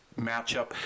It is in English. matchup